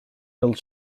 build